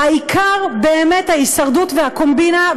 העיקר ההישרדות והקומבינה.